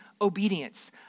obedience